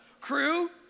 crew